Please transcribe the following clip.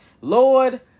Lord